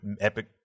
epic –